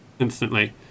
instantly